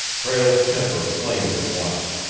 prale's temper flamed at once.